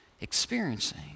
experiencing